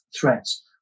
threats